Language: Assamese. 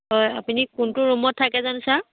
হয় আপুনি কোনটো ৰুমত থাকে জানো ছাৰ